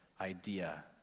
idea